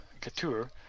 couture